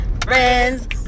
Friends